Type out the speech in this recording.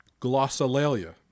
Glossolalia